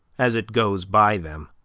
as it goes by them.